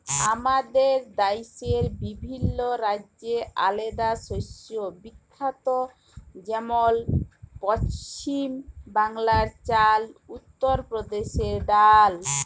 আমাদের দ্যাশে বিভিল্ল্য রাজ্য আলেদা শস্যে বিখ্যাত যেমল পছিম বাংলায় চাল, উত্তর পরদেশে ডাল